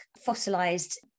fossilized